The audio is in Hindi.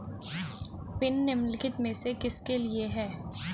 पिन निम्नलिखित में से किसके लिए है?